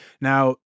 Now